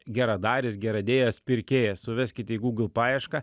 geradaris geradėjas pirkėjas suveskit į google paiešką